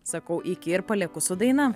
sakau iki ir palieku su daina